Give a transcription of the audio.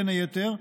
בין היתר,